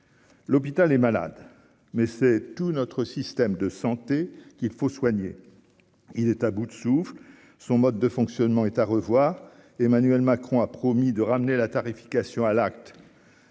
L'hôpital est malade, mais c'est tout notre système de santé qu'il faut soigner, il est à bout de souffle son mode de fonctionnement est à revoir, Emmanuel Macron a promis de ramener la tarification à l'acte